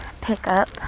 pickup